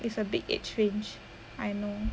is a big age range I know